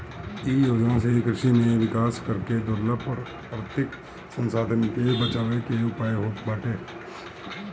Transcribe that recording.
इ योजना से कृषि में विकास करके दुर्लभ प्राकृतिक संसाधन के बचावे के उयाय होत बाटे